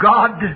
God